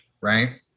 right